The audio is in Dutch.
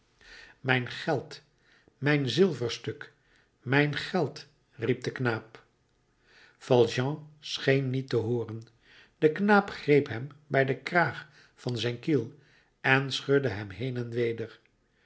mijn geld mijn zilverstuk mijn geld riep de knaap valjean scheen niet te hooren de knaap greep hem bij den kraag van zijn kiel en schudde hem heen en weder